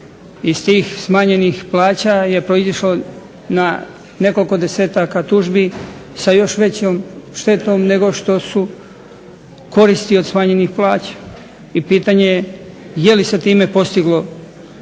iz tih smanjenih plaća je proizišlo na nekoliko desetaka tužbi sa još većom štetom nego što su koristi od smanjenih plaća. I pitanje je, jeli se time postiglo očekivani